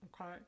okay